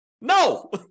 No